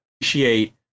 appreciate